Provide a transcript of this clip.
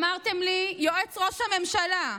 ואמרתם לי, יועץ ראש הממשלה,